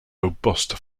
robust